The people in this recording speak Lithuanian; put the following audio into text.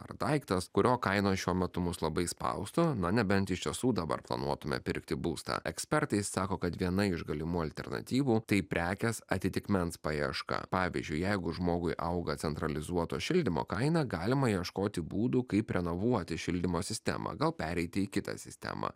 ar daiktas kurio kainos šiuo metu mus labai spaustų na nebent iš tiesų dabar planuotume pirkti būstą ekspertai sako kad viena iš galimų alternatyvų tai prekės atitikmens paieška pavyzdžiui jeigu žmogui auga centralizuoto šildymo kaina galima ieškoti būdų kaip renovuoti šildymo sistemą gal pereiti į kitą sistemą